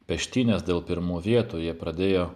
peštynes dėl pirmų vietų jie pradėjo